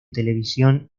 televisión